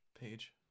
page